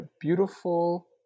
beautiful